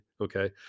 Okay